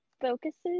focuses